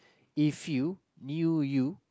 if you knew you